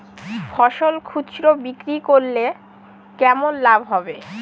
ফসল খুচরো বিক্রি করলে কেমন লাভ হবে?